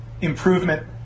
improvement